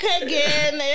again